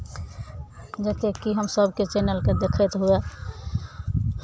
जाहिसँ कि हम सभके चैनलकेँ देखैत हुए